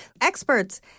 Experts